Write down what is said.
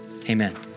amen